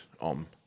Om